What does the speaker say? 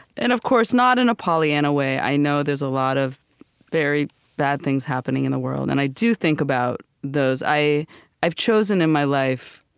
and, of course, not in a pollyanna way. i know there's a lot of very bad things happening in the world, and i do think about those. i've chosen in my life